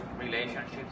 relationships